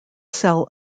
sell